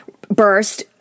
burst